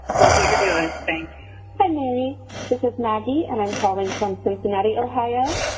love what you're doing. thanks but me this is maggie and i'm calling from cincinnati, ohio.